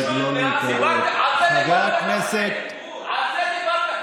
על זה דיברו,